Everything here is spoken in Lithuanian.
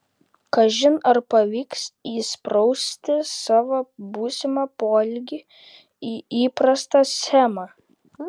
kažin ar pavyks įsprausti savo būsimą poelgį į įprastą schemą